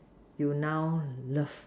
you now love